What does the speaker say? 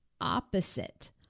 opposite